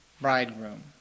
bridegroom